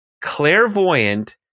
clairvoyant